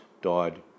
died